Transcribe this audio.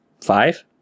five